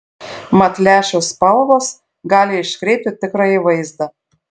mat lęšių spalvos gali iškreipti tikrąjį vaizdą